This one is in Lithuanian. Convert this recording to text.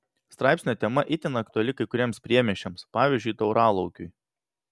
straipsnio tema itin aktuali kai kuriems priemiesčiams pavyzdžiui tauralaukiui